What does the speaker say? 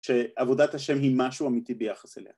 שעבודת השם היא משהו אמיתי ביחס אליה